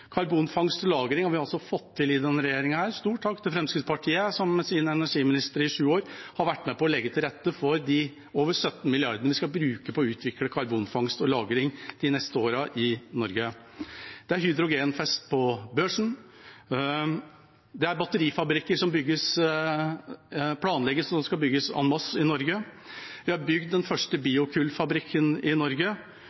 Karbonfangst og -lagring har vi også fått til i denne regjeringa – stor takk til Fremskrittspartiet som med sine energiministre i sju år har vært med på å legge til rette for de over 17 milliardene vi skal bruke på å utvikle karbonfangst og -lagring de neste årene i Norge. Det er hydrogenfest på børsen, det er batterifabrikker som planlegges og skal bygges en masse i Norge. Vi har bygd den første